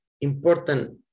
important